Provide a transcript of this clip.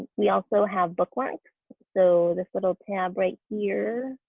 we also have bookmarks so this little tab right here.